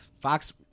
Fox